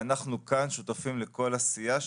אנחנו כאן שותפים לכל עשייה שתוחלט.